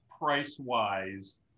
price-wise